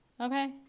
Okay